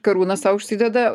karūną sau užsideda